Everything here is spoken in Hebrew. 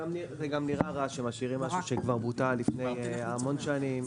זה גם נראה רע שמשאירים משהו שכבר בוטל לפני המון שנים.